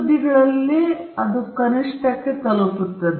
ಇದನ್ನು x bar ಎಂದು ಏಕೆ ಕರೆಯಲಾಗುತ್ತದೆ